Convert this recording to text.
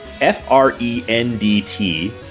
F-R-E-N-D-T